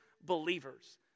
believers